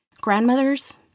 Grandmothers